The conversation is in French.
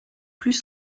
plus